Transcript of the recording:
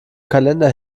kalender